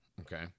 okay